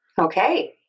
Okay